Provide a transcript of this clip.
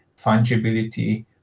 fungibility